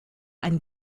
ein